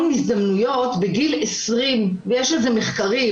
הזדמנויות בגיל 20 ויש על זה מחקרים.